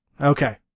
Okay